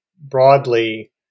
broadly